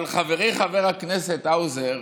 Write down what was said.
אבל חברי חבר הכנסת האוזר,